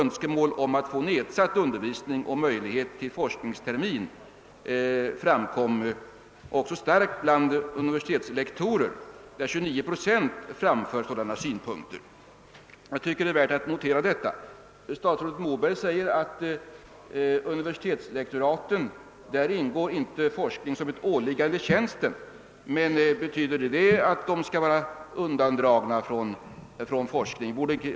Önskemål om att få nedsatt undervisningsskyldighet och möjlighet till forskningstermin framfördes också med kraft av universitetslektorer — 29 procent framförde sådana synpunkter. Jag tycker att detta är värt att notera. Statsrådet Moberg säger att i universitetslektoraten inte ingår forskning som ett åliggande i tjänsten. Betyder det att all forskning skall vara undandragen dem?